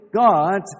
God